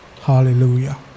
Hallelujah